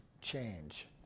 change